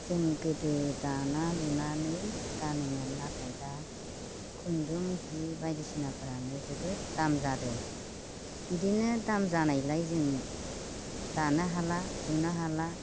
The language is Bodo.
जों गोदो दाना लुनानै गानोमोन नाथाय दा खुन्दुं सि बायदिसिनाफोरानो जोबोद दाम जादों बिदिनो दाम जानायलाय जों दानो हाला लुनो हाला